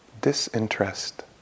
disinterest